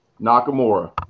Nakamura